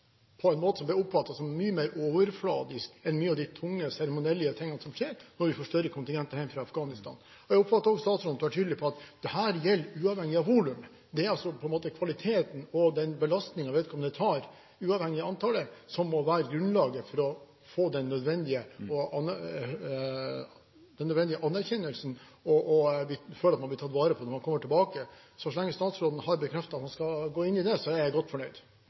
på en måte som ble oppfattet som mye mer overfladisk enn mange av de tunge seremonielle tingene som skjer når vi får større kontingenter hjem fra Afghanistan. Jeg oppfatter også at statsråden var tydelig på at dette gjelder uavhengig av volum. Det er på en måte kvaliteten og den belastningen vedkommende tar, uavhengig av antallet, som må være grunnlaget for å få den nødvendige anerkjennelsen, og for at man blir tatt vare på når man kommer tilbake. Så lenge statsråden har bekreftet at han skal gå inn i det, er jeg godt fornøyd.